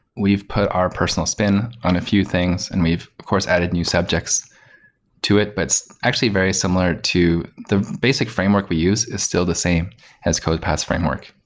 we've put our personal spin on a few things and we've of course added new subjects to it. but actually, very similar to the basic framework we use is still the same as codepath's framework.